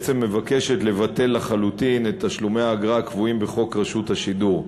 בעצם מבקשת לבטל לחלוטין את תשלומי האגרה הקבועים בחוק רשות השידור.